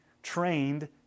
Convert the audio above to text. trained